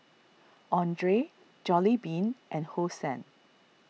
andre Jollibean and Hosen